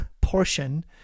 portion